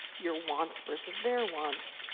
your wants versus their wants.